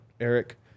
Eric